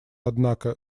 однако